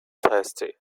thirsty